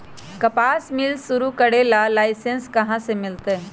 कपास मिल शुरू करे ला लाइसेन्स कहाँ से मिल तय